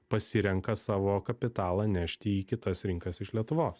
pasirenka savo kapitalą nešti į kitas rinkas iš lietuvos